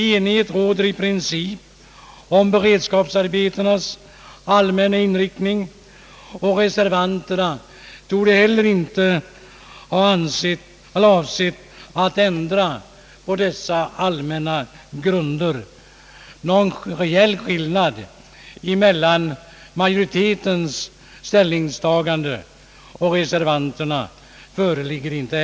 Enighet råder i princip om beredskapsarbetenas allmänna inriktning, och reservanterna torde inte heller ha avsett att ändra på dessa allmänna grunder. Någon reell skillnad mellan majoritetens ställningstagande och reservanternas föreligger inte.